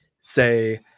say